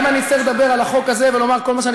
אם אני אצטרך לדבר על החוק הזה ולומר כל מה שאני